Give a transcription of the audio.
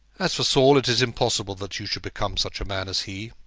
as for saul, it is impossible that you should become such a man as he.